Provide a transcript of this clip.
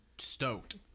stoked